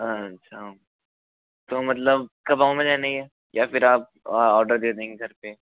अच्छा तो मतलब कब आऊं मैं लेने ये या फिर आप आर्डर दे देंगे घर पे